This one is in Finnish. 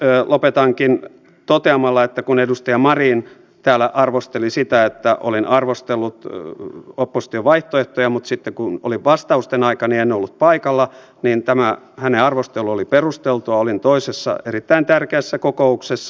lopetankin toteamalla että kun edustaja marin täällä arvosteli sitä että olin arvostellut opposition vaihtoehtoja mutta sitten kun oli vastausten aika en ollut paikalla niin tämä hänen arvostelunsa oli perustelua olin toisessa erittäin tärkeässä kokouksessa